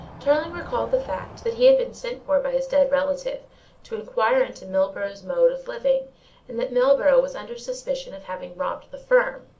tarling recalled the fact that he had been sent for by his dead relative to inquire into milburgh's mode of living and that milburgh was under suspicion of having robbed the firm.